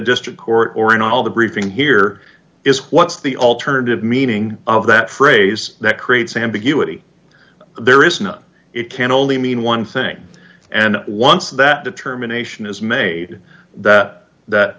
district court or in all the briefing here is what's the alternative meaning of that phrase that creates ambiguity there is not it can only mean one thing and once that determination is made that that